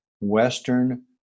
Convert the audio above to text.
Western